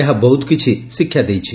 ଏହା ବହୁତ କିଛି ଶିକ୍ଷା ଦେଇଛି